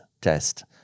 test